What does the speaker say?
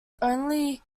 only